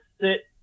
sit